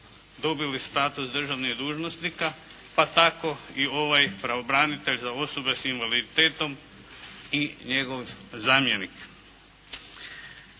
dobili status državnih dužnosnika pa tako i ovaj pravobranitelj za osobe sa invaliditetom i njegov zamjenik.